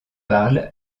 parlent